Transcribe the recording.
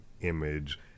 image